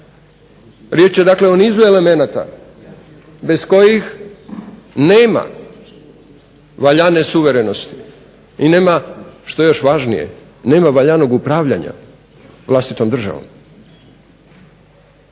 Riječ je dakle o nizu elemenata bez kojih nema valjane suverenosti i nema što je još važnije nema valjanog upravljanja vlastitom državom.